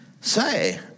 say